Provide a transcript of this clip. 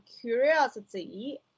curiosity